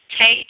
take